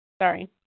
Sorry